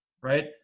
right